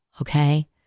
Okay